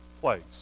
place